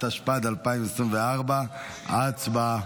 התשפ"ד 2024. הצבעה.